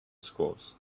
schools